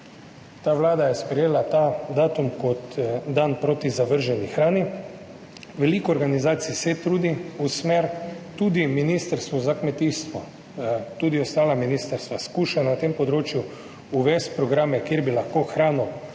ta vlada je sprejela ta datum kot dan proti zavrženi hrani. Veliko organizacij se trudi v tej smeri, tudi Ministrstvo za kmetijstvo, tudi ostala ministrstva skušajo na tem področju uvesti programe, da bi lahko hrano